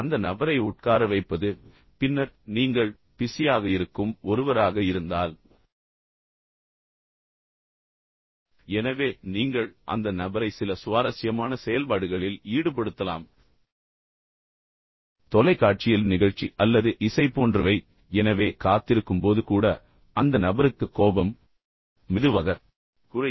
அந்த நபரை உட்கார வைப்பது பின்னர் நீங்கள் பிஸியாக இருக்கும் ஒருவராக இருந்தால் எனவே நீங்கள் அந்த நபரை சில சுவாரஸ்யமான செயல்பாடுகளில் ஈடுபடுத்தலாம் தொலைக்காட்சியில் நிகழ்ச்சி அல்லது இசை போன்றவை எனவே காத்திருக்கும் போது கூட அந்த நபருக்கு கோபம் மெதுவாக குறையும்